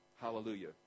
Hallelujah